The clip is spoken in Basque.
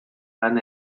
han